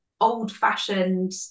old-fashioned